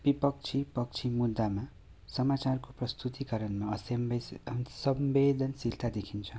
विपक्षी पक्षी मुद्दामा समाचारको प्रस्तुतिकरणमा असंवेदनशीलता देखिन्छ